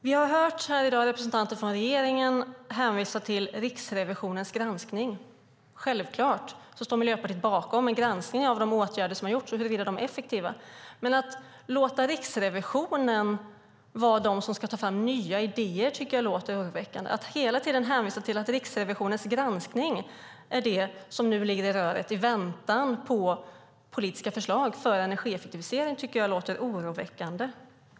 Vi har i dag hört representanter för regeringen hänvisa till Riksrevisionens granskning. Självklart står Miljöpartiet bakom en granskning av de åtgärder som har gjorts och huruvida de är effektiva. Men att låta Riksrevisionen vara de som ska ta fram nya idéer tycker jag låter oroväckande. Att hela tiden hänvisa till att Riksrevisionens granskning är det som nu ligger i röret i väntan på politiska förslag för energieffektivisering tycker jag låter oroväckande.